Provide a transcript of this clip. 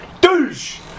Douche